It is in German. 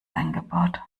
eingebaut